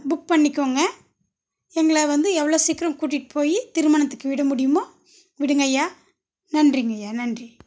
book பண்ணிக்கோங்க எங்களை வந்து எவ்வளோ சீக்கிரம் கூட்டிட்டு போய் திருமணத்துக்கு விட முடியுமோ விடுங்கய்யா நன்றிங்கய்யா நன்றி